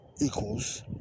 equals